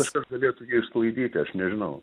kažkas galėtų jį išsklaidyti aš nežinau